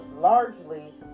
largely